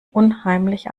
unheimlich